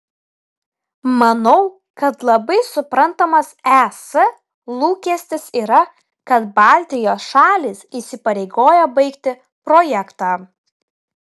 manau kad labai suprantamas es lūkestis yra kad baltijos šalys įsipareigoja baigti projektą